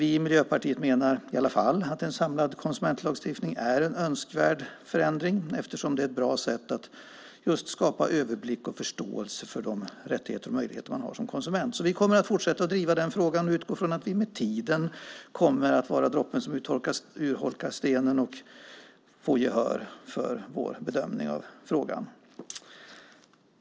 Vi i Miljöpartiet menar i alla fall att en samlad konsumentlagstiftning är en önskvärd förändring, eftersom det är ett bra sätt att skapa överblick och förståelse för de rättigheter och möjligheter man har som konsument. Vi kommer att fortsätta att driva den frågan och utgår från att vi kommer att vara droppen som urholkar stenen och med tiden få gehör för vår bedömning av frågan.